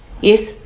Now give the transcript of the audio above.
yes